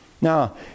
Now